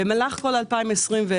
במהלך כל 2021,